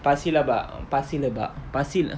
pasir laba pasir laba pasir la~